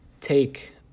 take